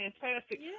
fantastic